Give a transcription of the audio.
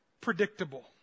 predictable